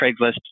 Craigslist